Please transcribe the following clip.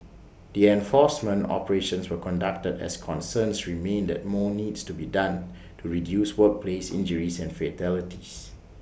the enforcement operations were conducted as concerns remain that more needs to be done to reduce workplace injuries and fatalities